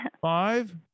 five